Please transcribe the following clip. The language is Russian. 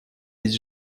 есть